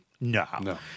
No